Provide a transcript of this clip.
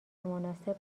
مناسب